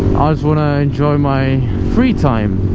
ah just wanna enjoy my free time